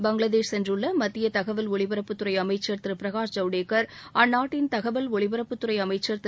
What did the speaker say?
பங்களாதேஷ் சென்றுள்ள மத்திய தகவல் ஒலிபரப்புத் துறை அமைச்சர் திரு பிரகாஷ் ஜவ்டேகர் அந்நாட்டின் தகவல் ஒலிபரப்புத் துறை அமைச்சர் திரு